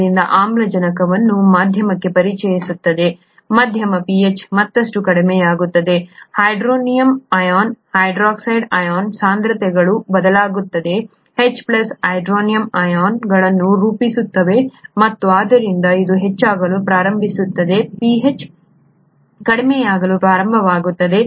ಕೋಶದಿಂದ ಆಮ್ಲವನ್ನು ಮಾಧ್ಯಮಕ್ಕೆ ಪರಿಚಯಿಸಿದಾಗ ಮಧ್ಯಮ pH ಮತ್ತಷ್ಟು ಕಡಿಮೆಯಾಗುತ್ತದೆ ಹೈಡ್ರೋನಿಯಮ್ ಅಯಾನ್ ಹೈಡ್ರಾಕ್ಸೈಡ್ ಅಯಾನ್ ಸಾಂದ್ರತೆಗಳು ಬದಲಾಗುತ್ತವೆ H ಪ್ಲಸ್ ಹೈಡ್ರೋನಿಯಂ ಅಯಾನ್ಗಳನ್ನು ರೂಪಿಸುತ್ತದೆ ಮತ್ತು ಆದ್ದರಿಂದ ಇದು ಹೆಚ್ಚಾಗಲು ಪ್ರಾರಂಭಿಸುತ್ತದೆ pH ಕಡಿಮೆಯಾಗಲು ಪ್ರಾರಂಭವಾಗುತ್ತದೆ